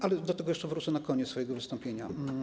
Ale do tego jeszcze wrócę pod koniec swojego wystąpienia.